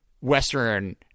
Western